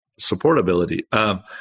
supportability